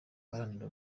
aharanira